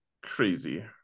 crazy